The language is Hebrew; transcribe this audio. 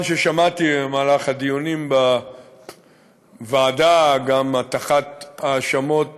ששמעתי במהלך הדיונים בוועדה גם הטחת האשמות